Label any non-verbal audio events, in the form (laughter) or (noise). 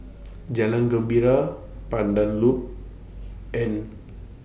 (noise) Jalan Gembira Pandan Loop and